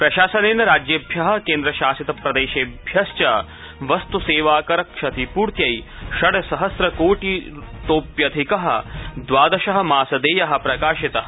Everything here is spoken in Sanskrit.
प्रशासनेन राज्येभ्यः केन्द्रशासितप्रदेशेभ्यश्च वस्तुसेवाकर क्षतिपूत्यै षड्सहस्रकोटितोप्यधिकः मासदेयः प्रख्यापितः